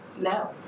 No